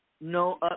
no